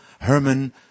herman